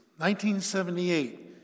1978